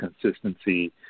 consistency